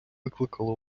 викликала